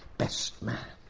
best man?